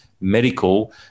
Medical